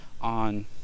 on